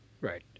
right